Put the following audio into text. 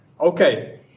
Okay